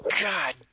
God